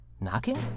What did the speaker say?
Knocking